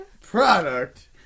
Product